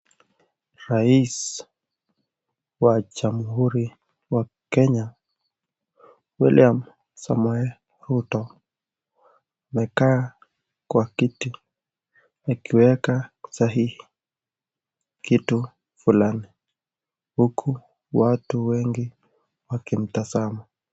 Raisi wa jamuhuri ya kenya William samoe ruto amekaa Kwa kiti akiweka sahihi kitu fulani huku watu wengi wakimtasama.